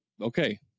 okay